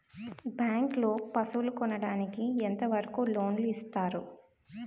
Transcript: Bank లో పశువుల కొనడానికి ఎంత వరకు లోన్ లు ఇస్తారు?